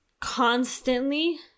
constantly